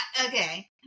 Okay